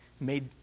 made